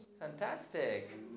Fantastic